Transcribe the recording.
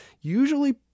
usually